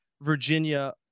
Virginia